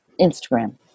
Instagram